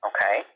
Okay